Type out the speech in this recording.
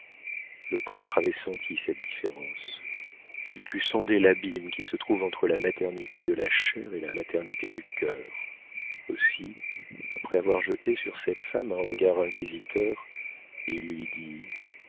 le prêtre avait senti cette différence il put sonder l'abîme qui se trouve entre la maternité de la chair et la maternité du cœur aussi après avoir jeté sur cette femme un regard inquisiteur il lui dit